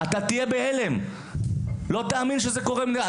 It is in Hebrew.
אתה תהיה בהלם, לא תאמין שזה קורה במדינת ישראל.